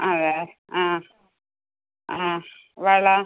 അതെ ആ ആ വള